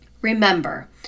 Remember